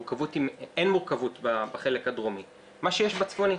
אין מורכבות בחלק הדרומי, מה שיש בצפוני,